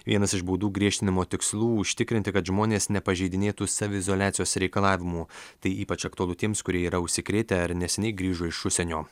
vienas iš baudų griežtinimo tikslų užtikrinti kad žmonės nepažeidinėtų saviizoliacijos reikalavimų tai ypač aktualu tiems kurie yra užsikrėtę ar neseniai grįžo iš užsienio